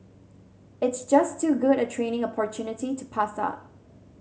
it's just too good a training opportunity to pass up